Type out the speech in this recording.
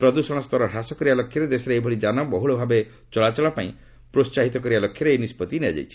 ପ୍ରଦୂଷଣ ସ୍ତର ହ୍ରାସ କରିବା ଲକ୍ଷ୍ୟରେ ଦେଶରେ ଏହିଭଳି ଯାନ ବହୁଳଭାବେ ଚଳାଚଳ ପାଇଁ ପ୍ରୋହାହିତ କରିବା ଲକ୍ଷ୍ୟରେ ଏହି ନିଷ୍କଭି ନିଆଯାଇଛି